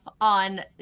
on